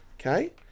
Okay